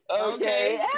Okay